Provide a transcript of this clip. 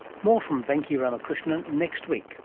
more from venki ramakrishnan next week